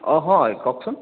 অ' হয় কওকচোন